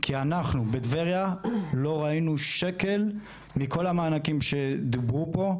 כי אנחנו בטבריה לא ראינו שקל מכל המענקים שדיברו פה,